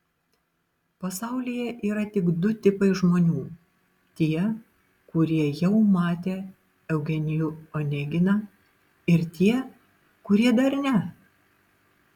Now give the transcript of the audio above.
pasaulyje yra tik du tipai žmonių tie kurie jau matė eugenijų oneginą ir tie kurie dar ne